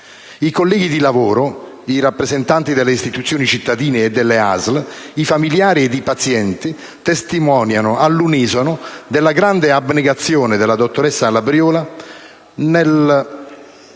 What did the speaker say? I colleghi di lavoro, i rappresentanti delle istituzioni cittadine e delle ASL, i familiari ed i pazienti, testimoniano all'unisono della grande abnegazione della dottoressa Labriola e